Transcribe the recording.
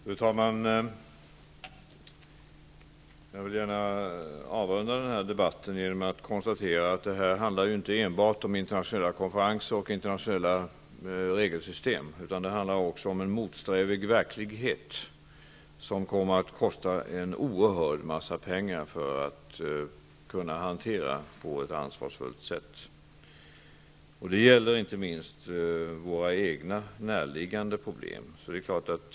Fru talman! jag vill gärna avrunda debatten genom att konstatera att detta inte enbart handlar om internationella konferenser och internationella regelsystem, utan det handlar också om en motsträvig verklighet, som det kommer att kosta en oerhörd mängd pengar att hantera på ett ansvarsfullt sätt. Det gäller inte minst våra egna närliggande problem.